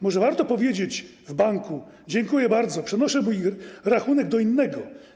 Może warto powiedzieć w banku: Dziękuję bardzo, przenoszę mój rachunek do innego.